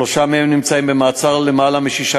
שלושה מהם נמצאים במעצר למעלה משישה